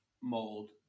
mold